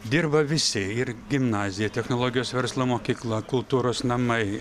dirba visi ir gimnazija technologijos verslo mokykla kultūros namai